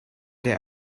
der